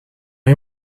این